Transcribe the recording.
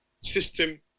system